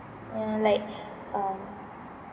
ya like um